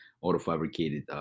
auto-fabricated